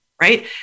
right